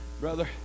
Brother